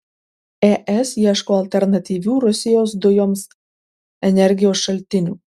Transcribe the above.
es ieško alternatyvių rusijos dujoms energijos šaltinių